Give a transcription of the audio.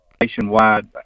nationwide